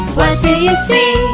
do you see?